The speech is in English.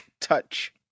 touch